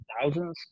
thousands